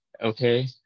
Okay